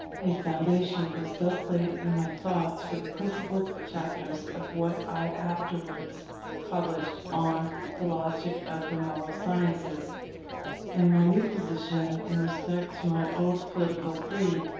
a foundation was thus laid in my thoughts for the principal chapters of what i afterwards published on the logic of the moral sciences and my new position in respect to my old political creed,